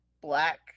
black